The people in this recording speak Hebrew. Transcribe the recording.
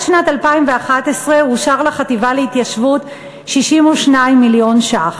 שנת 2011 אושרו לחטיבה להתיישבות 62 מיליון ש"ח.